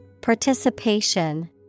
Participation